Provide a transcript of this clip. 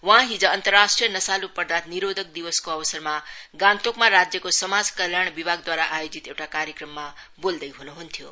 वहाँ हिज अन्तर्राष्ट्रिय नशाल् पदार्थ निरोधक दिवसको अवसरमा गान्तोकमा राज्यको समाज कल्याण विभागद्वारा आयोजित एउटा कार्यक्रममा बोल्दै ह्नुह्न्थ्यो